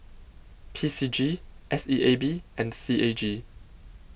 P C G S E A B and C A G